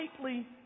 slightly